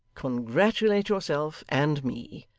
congratulate yourself, and me.